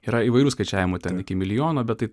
yra įvairių skaičiavimų ten iki milijono bet tai